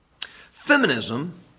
Feminism